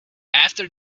after